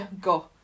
go